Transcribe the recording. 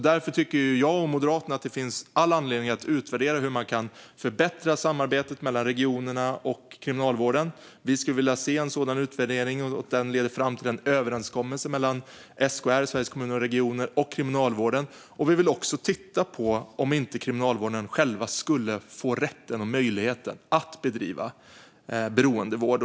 Därför tycker jag och Moderaterna att det finns all anledning att utvärdera hur samarbetet mellan regionerna och Kriminalvården kan förbättras. Vi skulle vilja se en sådan utvärdering och att den leder fram till en överenskommelse mellan SKR, Sveriges Kommuner och Regioner, och Kriminalvården. Vi vill också titta på om inte Kriminalvården själv skulle få rätten och möjligheten att bedriva beroendevård.